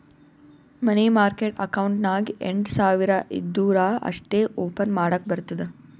ಮನಿ market account ನಾಗ್ ಎಂಟ್ ಸಾವಿರ್ ಇದ್ದೂರ ಅಷ್ಟೇ ಓಪನ್ ಮಾಡಕ್ ಬರ್ತುದ